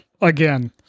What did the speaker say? again